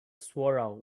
squirrel